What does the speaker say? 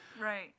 Right